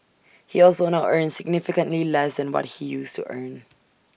he also now earns significantly less than what he used to earn